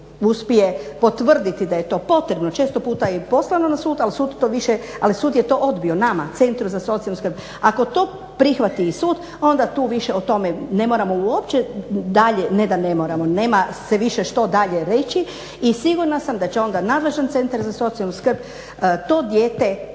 potvrditi da je to potrebno često puta i poslano na sud ali sud je to odbio nama, Centru za socijalnu skrb. Ako to prihvati i sud onda tu više o tome ne moramo uopće dalje, ne da ne moramo, nema se više što dalje reći. I sigurna sam da će onda nadležan Centar za socijalnu skrb to dijete